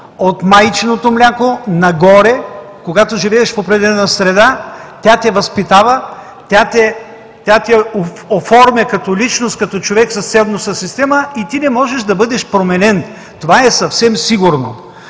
от майчиното мляко нагоре, когато живееш в определена среда, тя те възпитава, тя те оформя като личност, като човек с ценностна система и ти не можеш да бъде променен. Това е съвсем сигурно.